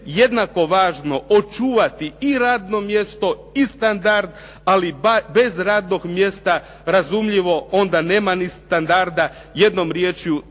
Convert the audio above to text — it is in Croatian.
jednako važno očuvati i radno mjesto i standard ali bez radnog mjesta razumljivo onda nema ni standarda, jednom riječju